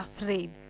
afraid